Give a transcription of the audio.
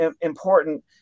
important